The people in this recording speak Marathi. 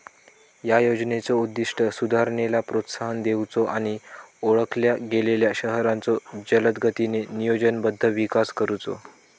या योजनेचो उद्दिष्ट सुधारणेला प्रोत्साहन देऊचो आणि ओळखल्या गेलेल्यो शहरांचो जलदगतीने नियोजनबद्ध विकास करुचो